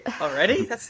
Already